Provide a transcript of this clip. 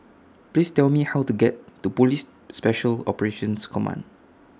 Please Tell Me How to get to Police Special Operations Command